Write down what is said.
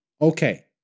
okay